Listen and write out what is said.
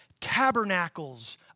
tabernacles